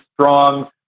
strong